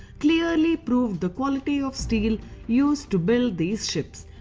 clearly proved the quality of steel used to build these ships.